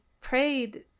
prayed